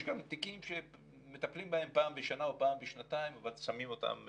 יש גם תיקים שמטפלים בהם פעם בשנתיים או פעם בשנה ושמים אותם בצד.